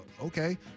Okay